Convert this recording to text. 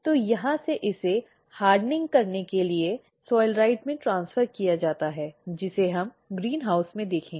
तो यहाँ से इसे सख्त करने के लिए soilrite में ट्रान्सफर किया जाता है जिसे हम ग्रीनहाउस में देखेंगे